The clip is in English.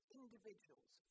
individuals